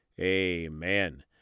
Amen